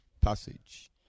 passage